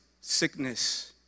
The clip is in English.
sickness